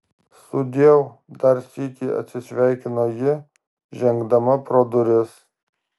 sudieu dar sykį atsisveikino ji žengdama pro duris